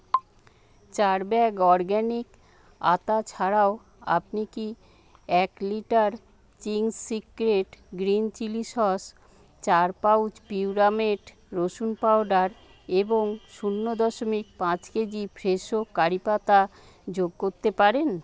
চার bag organic আতা ছাড়াও আপনি কি এক litre Ching's secret green chilli sauce চার পাউচ পিউরামেট রসুন পাউডার এবং শূন্য দশমিক পাঁচ কেজি ফ্রেশো কারি পাতা যোগ করতে পারেন